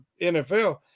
NFL